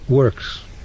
works